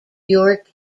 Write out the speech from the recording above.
york